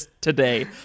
today